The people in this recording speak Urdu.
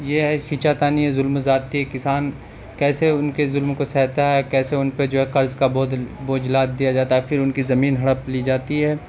یہ ہے کھینچا تانی ظلم زیادتی کسان کیسے ان کے ظلم کو سہتا ہے کیسے ان پہ جو ہے قرض کا بودھ بوجھ لاد دیا جاتا ہے پھر ان کی زمین ہڑپ لی جاتی ہے